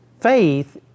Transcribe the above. Faith